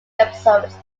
episodes